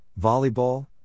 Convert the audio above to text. volleyball